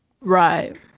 Right